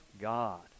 God